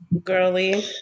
Girly